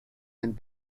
and